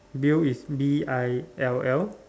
bill is B I L L